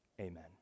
Amen